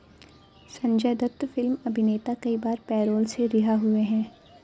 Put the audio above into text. Sanjay Dutt film अभिनेता कई बार पैरोल से रिहा हुए हैं